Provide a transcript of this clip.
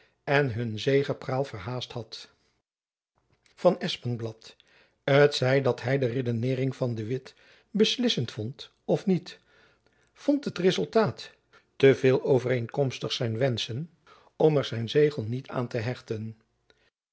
en hun zegepraal verhaast had van espenblad t zij dat hy de redeneering van de witt beslissend vond of niet vond het rezultaat te veel overeenkomstig met zijn wenschen om er zijn zegel niet aan te hechten